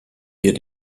wir